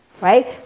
right